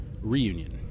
Reunion